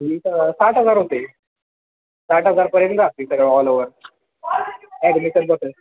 वीस हजार साठ हजार होते साठ हजारपर्यंत लागतील सर्व ऑल ओवर ॲडमिसन धरुन